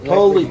Holy